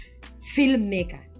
filmmaker